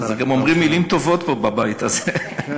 גם אומרים מילים טובות פה, בבית הזה.